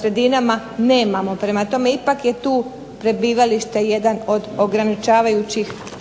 sredinama nemamo. Prema tome, ipak je tu prebivalište jedan od ograničavajućih faktora.